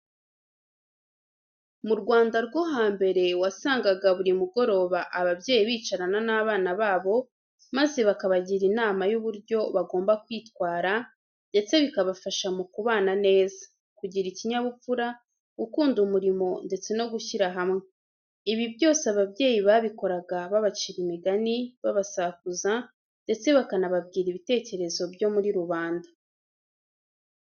Mu Rwanda rwo hambere, wasangaga buri mugoroba ababyeyi bicarana n'abana babo maze bakabagira inama y'uburyo bagomba kwitwara ndetse bikabafasha mu kubana neza, kugira ikinyabupfura, gukunda umurimo ndetse no gushyira hamwe. Ibi byose ababyeyi babikoraga babacira imigani, babasakuza ndetse bakanababwira ibitekerezo byo muri rubanda.